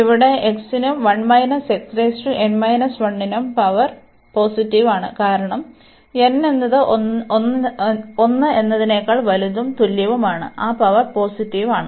ഇവിടെ x നും നും പവർ പോസിറ്റീവ് ആണ് കാരണം n എന്നത് 1 ന്നേക്കാൾ വലുതും തുല്യവുമാണ് ആ പവർ പോസിറ്റീവ് ആണ്